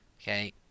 okay